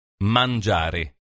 Mangiare